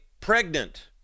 pregnant